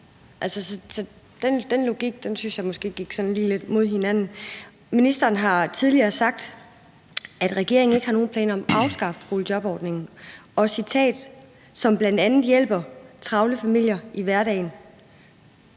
den logik synes jeg måske gik sådan lidt mod sig selv. Ministeren har tidligere sagt, at regeringen ikke har nogen planer om at afskaffe boligjobordningen, som »hjælper bl.a. travle familier i hverdagen«.